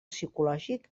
psicològic